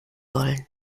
wollen